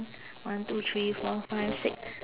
one two three four five six